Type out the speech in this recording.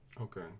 Okay